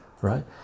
right